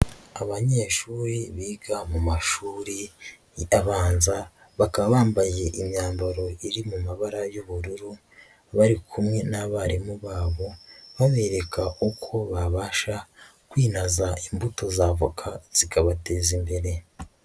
Abanyeshuri biga mu mashuri abanza bakaba bambaye imyambaro iri mu mabara y'ubururu, bari kumwe n'abarimu babo babereka uko babasha kwinaza imbuto za avoka zikabateza imbere.